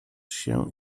się